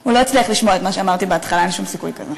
אני שומע.